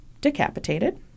decapitated